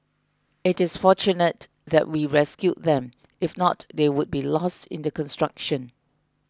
it is fortunate that we rescued them if not they would be lost in the construction